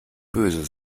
böse